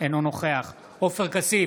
אינו נוכח עופר כסיף,